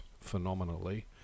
phenomenally